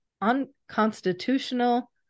unconstitutional